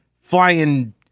flying